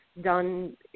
done